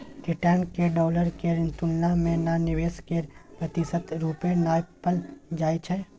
return केँ dollar केर तुलना मे या निबेश केर प्रतिशत रुपे नापल जाइ छै